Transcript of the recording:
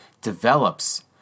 develops